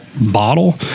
bottle